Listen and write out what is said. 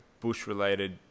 Bush-related